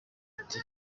ati